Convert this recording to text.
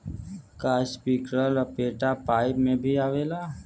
का इस्प्रिंकलर लपेटा पाइप में भी आवेला?